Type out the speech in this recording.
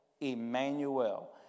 Emmanuel